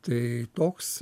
tai toks